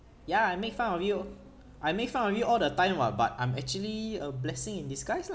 ya I make fun of you I make fun of you all the time [what] but I'm actually a blessing in disguise lah